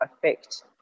affect